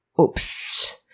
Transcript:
Oops